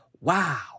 wow